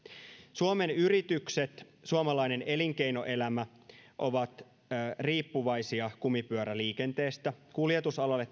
suomen yritykset ja suomalainen elinkeinoelämä ovat riippuvaisia kumipyöräliikenteestä kuljetusalalle